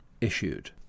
issued